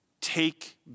take